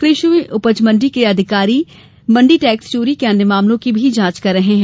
कृषि उपज मंडी समिति के अधिकारी मंडी टेक्स चोरी के अन्य मामलों की भी जांच कर रहे हैं